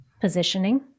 positioning